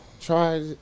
try